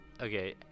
Okay